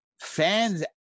fans